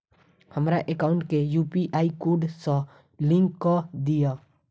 हमरा एकाउंट केँ UPI code सअ लिंक कऽ दिऽ?